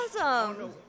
awesome